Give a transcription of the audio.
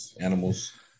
animals